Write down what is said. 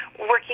working